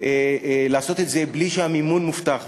לעשות את זה בלי שהמימון מובטח,